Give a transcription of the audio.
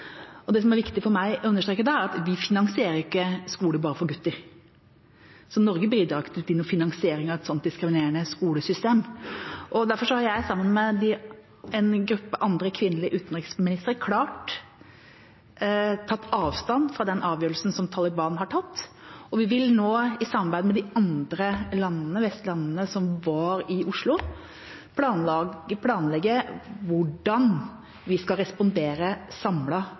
Det som er viktig for meg å understreke da, er at vi finansierer ikke skoler bare for gutter. Norge bidrar ikke til noen finansiering av et sånt diskriminerende skolesystem. Derfor har jeg sammen med en gruppe andre kvinnelige utenriksministre klart tatt avstand fra den avgjørelsen som Taliban har tatt. Vi vil nå, i samarbeid med de andre vestlige landene som var i Oslo, planlegge hvordan vi skal respondere